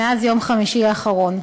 מאז יום חמישי האחרון.